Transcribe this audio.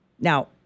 Now